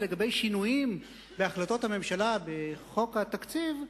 לגבי שינויים בהחלטות הממשלה בחוק התקציב,